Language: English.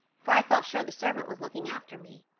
for i felt sure the servant was looking after me.